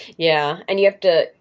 yeah, and you have to,